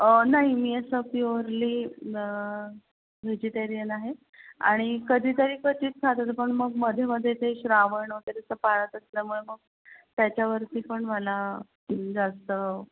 नाही मी असं प्युअरली ब व्हेजिटेरियन आहे आणि कधीतरी क्वचित खात होते पण मग मधेमधे ते श्रावण वगैरेचं पाळत असल्यामुळे मग त्याच्यावरती पण मला जास्त